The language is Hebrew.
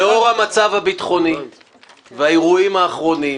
חברים, לאור המצב הביטחוני והאירועים האחרונים